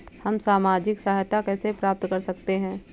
हम सामाजिक सहायता कैसे प्राप्त कर सकते हैं?